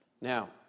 Now